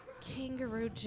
Kangaroo